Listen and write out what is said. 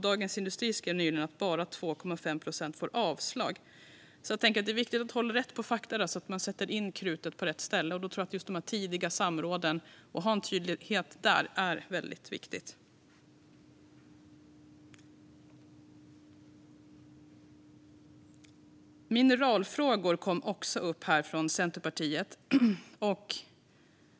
Dagens industri skrev nyligen att bara 2,5 procent får avslag. Det är alltså viktigt att hålla ordning på fakta, så att man sätter in krutet på rätt ställe. Då tror jag att just tidiga samråd och att man har en tydlighet där är väldigt viktigt. Mineralfrågor togs upp av Centerpartiet.